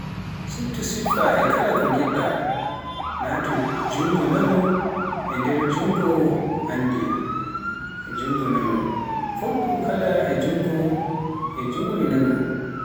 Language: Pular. suɓo sifaa e kala ko njiɗɗaa, Naatnu njuumri ñaamo e nder njuumri adanndi e njuumri nano, Fuɗɗito kala njuumri e njuumri nano.